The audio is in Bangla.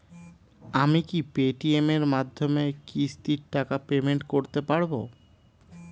আমি কি পে টি.এম এর মাধ্যমে কিস্তির টাকা পেমেন্ট করতে পারব?